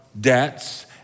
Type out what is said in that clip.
debts